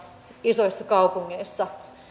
isoissa kaupungeissa